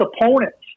opponents